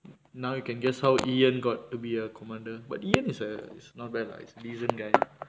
now you can guess how got to be a commander but it's not bad lah is a decent guy